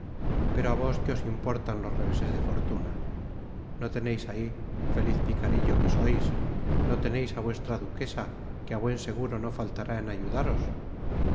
pero á vos que os importan los reveses de foriuna ao teñeis ahi feliz piearillo que sois no teneis á vuestra duquesa que á buen seguro no faltará en ayudaros